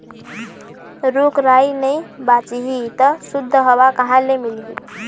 रूख राई नइ बाचही त सुद्ध हवा कहाँ ले मिलही